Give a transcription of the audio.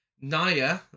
Naya